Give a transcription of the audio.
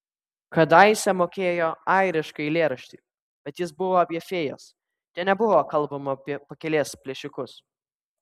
kadaise mokėjo airišką eilėraštį bet jis buvo apie fėjas ten nebuvo kalbama apie pakelės plėšikus